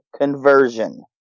conversion